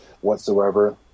whatsoever